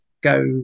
go